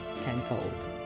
tenfold